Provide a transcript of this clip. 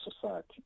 society